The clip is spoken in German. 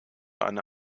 eine